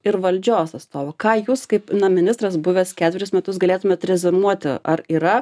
ir valdžios astovų ką jūs kaip na ministras buvęs ketverius metus galėtumėt reziumuoti ar yra